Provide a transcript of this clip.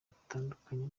batandukanye